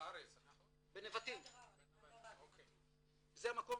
זה מקום